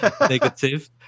negative